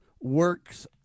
works